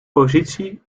positie